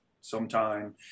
sometime